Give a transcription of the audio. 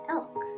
Elk